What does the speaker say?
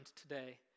today